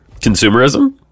consumerism